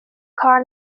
کار